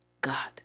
God